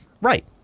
right